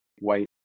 white